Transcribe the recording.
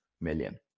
million